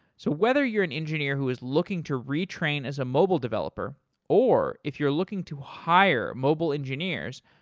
so whether you're an engineer who's looking to retrain as a mobile developer or if you're looking to hire mobile engineers,